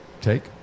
take